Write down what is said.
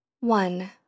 one